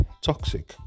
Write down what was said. toxic